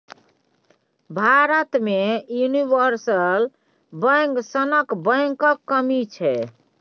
भारत मे universal bank सनक बैंकक कमी छै